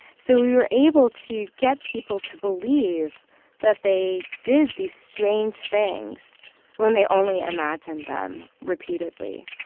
so we were able to get people to believe that they did these strange things when they only imagined them repeatedly.